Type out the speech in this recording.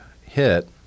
hit